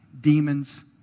demons